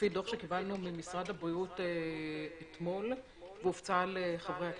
לפי דו"ח שקיבלנו ממשרד הבריאות אתמול והופץ לחברי הכנסת,